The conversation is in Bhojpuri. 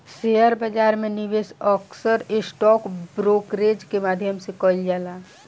शेयर बाजार में निवेश अक्सर स्टॉक ब्रोकरेज के माध्यम से कईल जाला